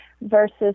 versus